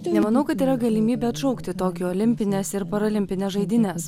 nemanau kad yra galimybė atšaukti tokijo olimpines ir parolimpines žaidynes